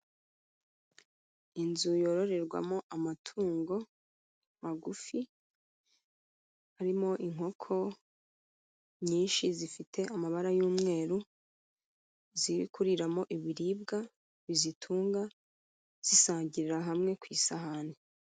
Inzu yororerwamo amatungo magufi, harimo inkoko nyinshi zifite amabara y'umweru, ziri kuriramo ibiribwa bizitunga zisangirira hamwe ku isahani.